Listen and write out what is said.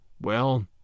Well